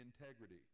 integrity